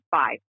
five